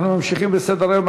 אנחנו ממשיכים בסדר-היום.